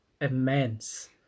immense